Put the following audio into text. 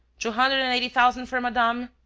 two hundred and eighty thousand for madame.